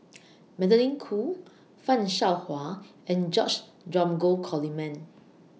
Magdalene Khoo fan Shao Hua and George Dromgold Coleman